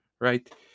right